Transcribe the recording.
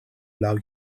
laŭ